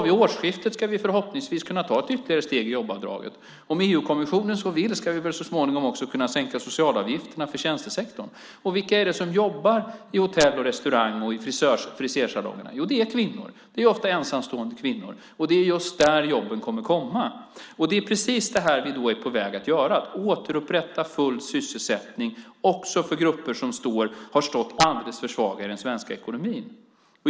Vid årsskiftet ska vi förhoppningsvis kunna ta ett ytterligare steg i jobbavdraget. Om EU-kommissionen så vill ska vi väl så småningom också kunna sänka socialavgifterna för tjänstesektorn. Vilka är det som jobbar i hotell och restaurang och i frisersalongerna? Det är kvinnor. Det är ofta ensamstående kvinnor. Det är just där jobben kommer att komma. Det är precis det här vi är på väg att göra: återupprätta full sysselsättning också för grupper som har stått alldeles för svaga i den svenska ekonomin.